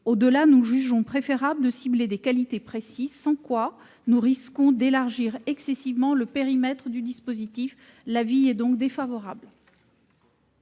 Au-delà, nous jugeons préférable de cibler des qualités précises, sans quoi nous risquons d'élargir excessivement le périmètre du dispositif. L'avis est donc défavorable.